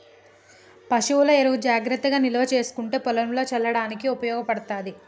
పశువుల ఎరువు జాగ్రత్తగా నిల్వ చేసుకుంటే పొలంల చల్లడానికి ఉపయోగపడ్తది